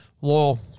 Loyal